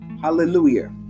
Hallelujah